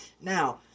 Now